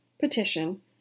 petition